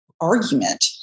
Argument